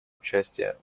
участие